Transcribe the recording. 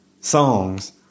songs